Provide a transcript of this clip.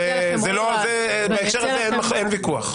בהקשר הזה אין ויכוח.